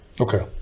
Okay